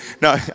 No